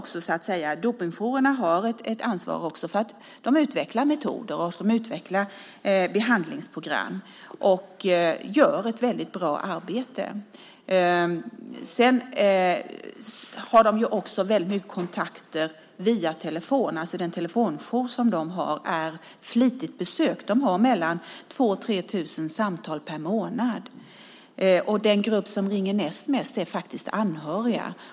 Dopingjouren har ett ansvar för att utveckla metoder och behandlingsprogram, och man gör ett bra arbete. Dopingjouren har mycket kontakter via den telefonjour som finns. Den är flitigt använd. Telefonjouren får 2 000-3 000 samtal per månad. Den grupp som ringer näst mest är faktiskt anhöriga.